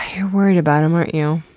you're worried about em, aren't you.